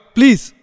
Please